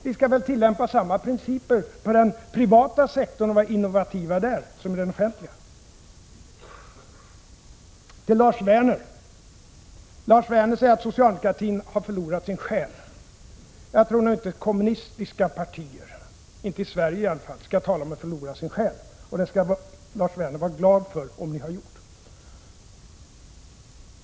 Vi skall väl tillämpa samma principer på den privata sektorn och åstadkomma samma slags innovationer där som på den offentliga sektorn. Lars Werner sade att socialdemokratin har förlorat sin själ. Jag tror nu inte att kommunistiska partier, i varje fall inte i Sverige, skall tala om att förlora sin själ. Har ni gjort det, Lars Werner, borde ni vara glad.